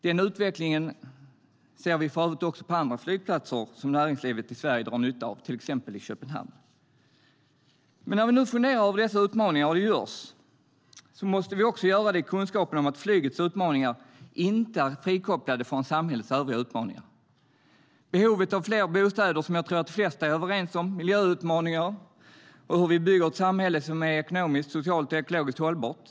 Den utvecklingen ser vi för övrigt också på andra flygplatser som näringslivet i Sverige drar nytta av, exempelvis i Köpenhamn.Flygets utmaningar är inte frikopplade från samhällets övriga utmaningar. Jag tror att de flesta är överens om behovet av fler bostäder och att vi står inför utmaningen att bygga ett samhälle som är ekonomiskt, socialt och ekologiskt hållbart.